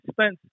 Spence